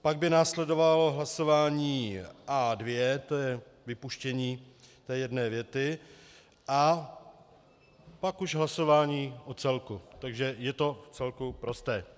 Pak by následovalo hlasování A2, to je vypuštění té jedné věty, a pak už hlasování o celku, takže je to vcelku prosté.